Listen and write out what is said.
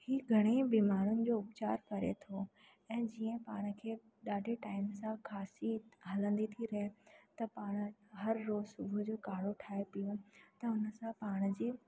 हीउ घणेई बीमारियुनि जो उपचार करे थो ऐं जीअं पाण खे ॾाढे टाइम सां खांसी हलंदी थी रहे त पाण हर रोज़ु सुबुह जो काढ़ो ठाहे पियूं त हुन सां पाण जे